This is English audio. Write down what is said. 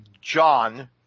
John